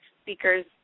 speakers